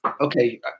okay